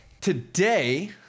Today